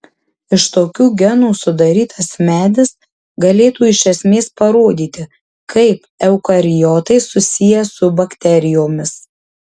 iš tokių genų sudarytas medis galėtų iš esmės parodyti kaip eukariotai susiję su bakterijomis